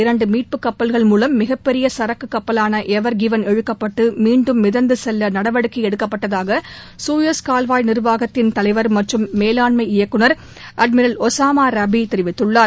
இரண்டு மீட்பு கப்பல்கள் மூலம் மிகப்பெரிய சரக்கு கப்பலான எவர் கிவன் இழுக்கப்பட்டு மீண்டும் மிதந்து செல்ல நடவடிக்கை எடுக்கப்பட்டதாக சுயஸ் கால்வாய் நிர்வாகத்தின் தலைவர் மற்றும் மேலாண்மை இயக்குநர் திரு அட்மிரல் ஒசாமா ரபி தெரிவித்துள்ளார்